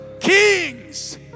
kings